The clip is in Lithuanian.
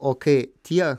o kai tie